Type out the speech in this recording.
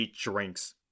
drinks